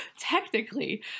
technically